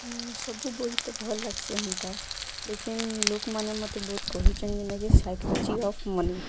ସବୁ ବହି ତ ଭଲ୍ ଲାଗ୍ସି ହେନ୍ତା ଲେକିନ୍ ଲୋକ୍ମାନେ ମୋତେ ବହୁତ୍ କହିଛନ୍ତି ଯେନ୍ଟା କି ସାଇକୋଲୋଜି ଅଫ୍ ମନି